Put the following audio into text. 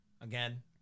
again